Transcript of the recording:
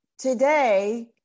Today